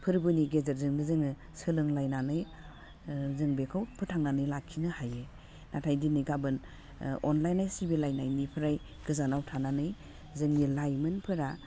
फोरबोनि गेजेरजोंनो जोङो सोलोंलायनानै जों बेखौ फोथांनानै लाखिनो हायो नाथाय दिनै गाबोन अनलायनाय सिबिलायनायनिफ्राय गोजानाव थानानै जोंनि लाइमोनफोरा